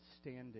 standing